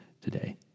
today